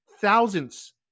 thousands